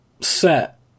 set